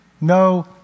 no